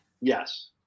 Yes